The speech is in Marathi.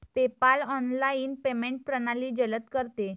पेपाल ऑनलाइन पेमेंट प्रणाली जलद करते